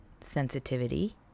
sensitivity